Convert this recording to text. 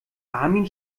armin